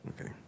Okay